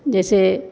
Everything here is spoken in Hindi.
जैसे